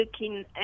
looking